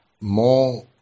more